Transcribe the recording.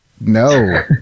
No